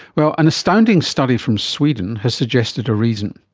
well, an astounding study from sweden has suggested a reason.